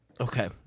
Okay